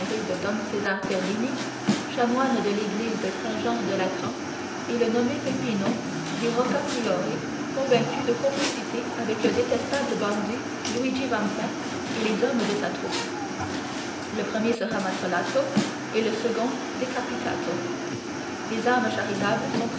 de don césar terlini chanoine de l'église de saint-jean de latran et le nommé peppino dit rocca priori convaincu de complicité avec le détestable bandit luigi vampa et les hommes de sa troupe le premier sera mazzolato et le second decapitato les âmes charitables